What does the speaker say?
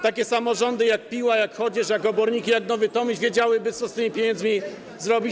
Takie samorządy jak Piła, jak Chodzież, jak Oborniki, jak Nowy Tomyśl wiedziałyby, co z tymi pieniędzmi zrobić.